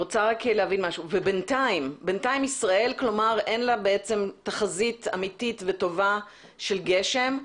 ובינתיים לישראל אין תחזית אמיתית וטובה של גשם.